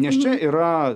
nes čia yra